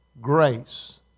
grace